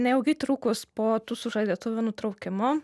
neilgai trukus po tų sužadėtuvių nutraukimo